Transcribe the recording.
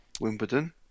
Wimbledon